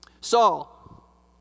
Saul